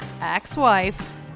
ex-wife